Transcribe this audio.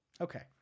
Okay